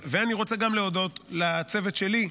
אני רוצה להודות גם לצוות שלי: